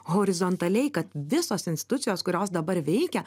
horizontaliai kad visos institucijos kurios dabar veikia